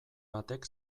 batek